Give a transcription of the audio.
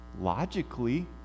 logically